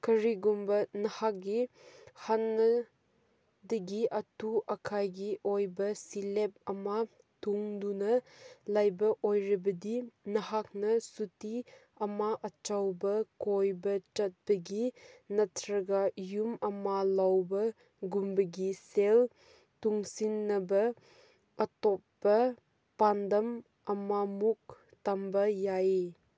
ꯀꯔꯤꯒꯨꯝꯕ ꯅꯍꯥꯛꯀꯤ ꯍꯟꯅ ꯇꯒꯤ ꯑꯊꯨ ꯑꯀꯥꯏꯒꯤ ꯑꯣꯏꯕ ꯁꯤꯂꯦꯞ ꯑꯃ ꯇꯨꯡꯗꯨꯅ ꯂꯩꯕ ꯑꯣꯏꯔꯕꯗꯤ ꯅꯍꯥꯛꯅ ꯁꯨꯇꯤ ꯑꯃ ꯑꯆꯧꯕ ꯀꯣꯏꯕ ꯆꯠꯄꯒꯤ ꯅꯠꯇ꯭ꯔꯒ ꯌꯨꯝ ꯑꯃ ꯂꯧꯕꯒꯨꯝꯕꯒꯤ ꯁꯦꯜ ꯇꯨꯡꯁꯤꯟꯅꯕ ꯑꯇꯣꯞꯄ ꯄꯥꯟꯗꯝ ꯑꯃꯃꯨꯛ ꯇꯝꯕ ꯌꯥꯏ